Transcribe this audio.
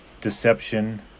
deception